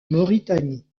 mauritanie